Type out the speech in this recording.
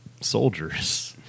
soldiers